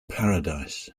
paradise